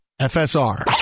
FSR